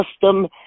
custom